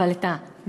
אבל את המסתננים,